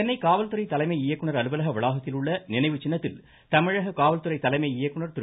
சென்னை காவல்துறை தலைமை இயக்குநர் அலுவலக வளாகத்தில் உள்ள நினைவுச்சின்னத்தில் தமிழக காவல்துறை தலைமை இயக்குநர் திரு